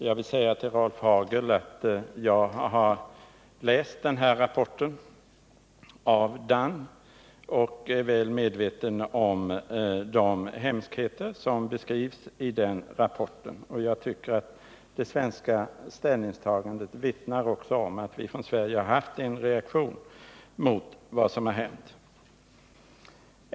Jag vill säga till Rolf Hagel att jag har läst rapporten av Dunn och är väl medveten om de hemskheter som beskrivs i den. Jag tycker att det svenska ställningstagandet också vittnar om att vi från Sverige haft en reaktion mot vad som hänt.